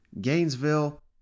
Gainesville